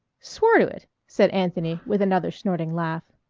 swore to it, said anthony with another snorting laugh.